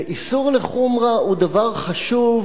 ואיסור לחומרה הוא דבר חשוב.